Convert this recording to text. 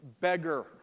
beggar